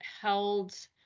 held